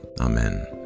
Amen